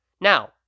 Now